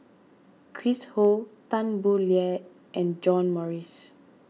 Chris Ho Tan Boo Liat and John Morrice